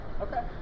Okay